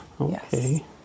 Okay